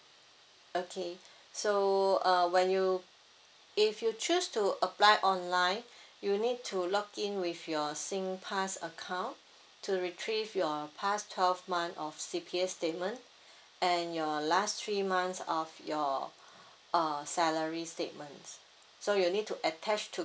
okay so uh when you if you choose to apply online you need to log in with your singpass account to retrieve your past twelve month of C_P_F statement and your last three months of your err salary statements so you need to attach to~